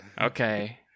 Okay